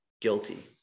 guilty